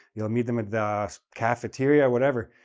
you'll meet them at the cafeteria, whatever.